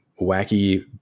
wacky